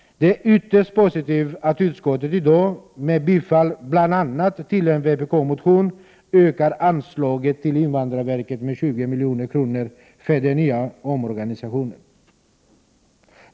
Det är ytterst positivt att utskottet i dag, med tillstyrkande av bl.a. en vpk-motion, vill öka inslaget till invandrarverket med 20 miljoner för den nya omorganisationen.